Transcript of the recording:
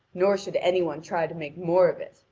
nor should any one try to make more of it.